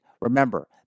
Remember